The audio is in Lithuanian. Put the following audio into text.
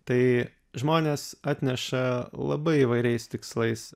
tai žmonės atneša labai įvairiais tikslais